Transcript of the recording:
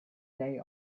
day